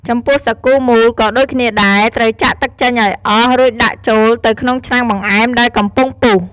ចំពោះសាគូមូលក៏ដូចគ្នាដែរ ត្រូវចាក់ទឹកចេញឱ្យអស់ រួចដាក់ចូលទៅក្នុងឆ្នាំងបង្អែមដែលកំពុងពុះ។